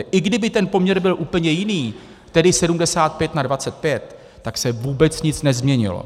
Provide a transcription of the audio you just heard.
I kdyby ten poměr byl úplně jiný, tedy 75 na 25, tak se vůbec nic nezměnilo.